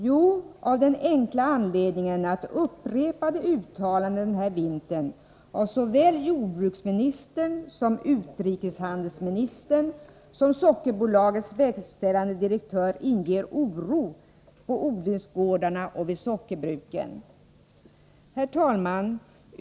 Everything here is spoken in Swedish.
Jo, av den enkla anledningen att upprepade uttalanden den här vintern av såväl jordbruksministern och utrikeshandelsministern som sockerbolagets verkställande direktör inger oro på odlingsgårdarna och vid sockerbruken. Herr talman!